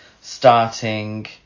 starting